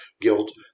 guilt